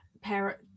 parent